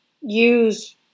use